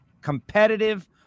competitive